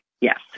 Yes